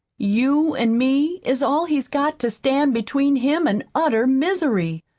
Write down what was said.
you an' me is all he's got to stand between him an' utter misery.